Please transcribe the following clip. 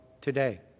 today